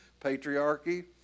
patriarchy